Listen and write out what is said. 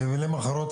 במילים אחרות,